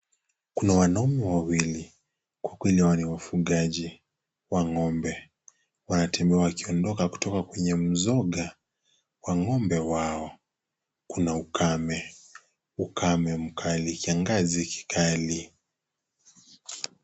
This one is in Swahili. Kuna wanaume wawili. Kwa kweli hawa ni wafugaji wa ng'ombe. Wanatembea wakiondoka kutoka kwenye mzoga wa ng'ombe wao. Kuna ukame, ukame mkali. Kiangazi kikali.